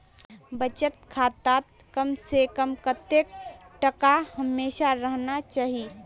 बचत खातात कम से कम कतेक टका हमेशा रहना चही?